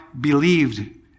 believed